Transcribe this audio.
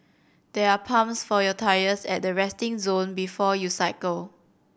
there are pumps for your tyres at the resting zone before you cycle